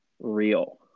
real